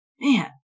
Man